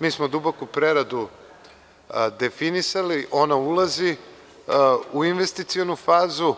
mi smo je definisali i ona ulazi u investicionu fazu.